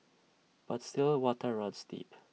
but still waters runs deep